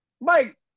Mike